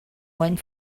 went